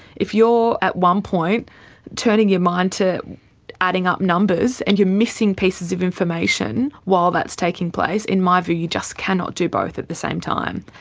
if you're at one point turning your mind to adding up numbers, and you're missing pieces of information while that's taking place, in my view you just cannot do both at the same time.